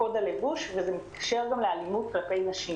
זה מתקשר לקוד הלבוש ומתקשר גם לאלימות כלפי נשים.